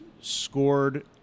scored